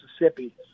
Mississippi